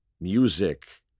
music